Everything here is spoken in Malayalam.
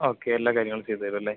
ഓക്കെ എല്ലാ കാര്യങ്ങളും ചെയ്ത് തരും അല്ലെ